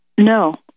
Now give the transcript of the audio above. No